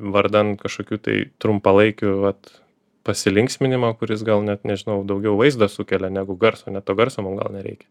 vardan kažkokių tai trumpalaikių vat pasilinksminimo kuris gal net nežinau daugiau vaizdą sukelia negu garsą net to garso mum gal nereikia